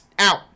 out